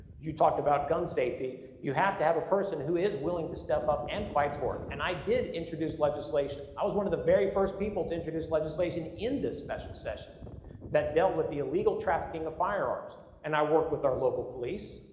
you talked about gun safety, you have to have a person who is willing to step up and fight for it. and i did introduce legislation. i was one of the very first people to introduce legislation in this special session that dealt with the illegal trafficking of firearms and i worked with our local police,